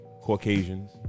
Caucasians